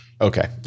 Okay